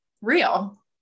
real